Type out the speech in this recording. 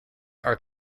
are